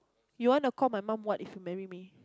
you want to call my mom what if you marry me